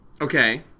Okay